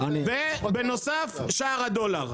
ובנוסף שער הדולר.